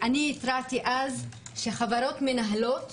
אני התרעתי אז על כך שחברות מנהלות